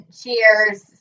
cheers